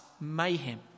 mayhem